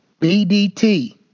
BDT